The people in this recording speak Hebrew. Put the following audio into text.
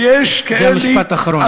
ויש כאלה עשרות, זה משפט אחרון.